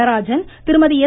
நடராஜன் திருமதி எஸ்